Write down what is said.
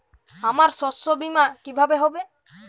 আমার শস্য বীমা কিভাবে হবে?